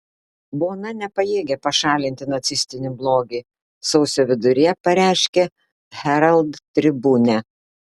bona nepajėgia pašalinti nacistinį blogį sausio viduryje pareiškė herald tribune